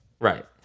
Right